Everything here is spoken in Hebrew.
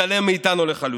מתעלם מאיתנו לחלוטין.